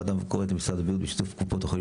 הוועדה קוראת למשרד הבריאות בשיתוף קופות החולים